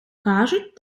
кажуть